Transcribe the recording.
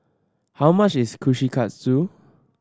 how much is Kushikatsu